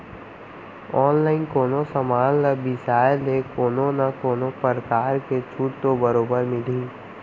online कोनो समान ल बिसाय ले कोनो न कोनो परकार के छूट तो बरोबर मिलही